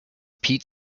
pete